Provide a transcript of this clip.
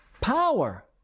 power